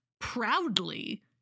proudly